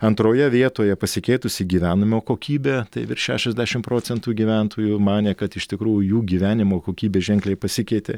antroje vietoje pasikeitusi gyvenimo kokybė tai virš šešiasdešim procentų gyventojų manė kad iš tikrųjų jų gyvenimo kokybė ženkliai pasikeitė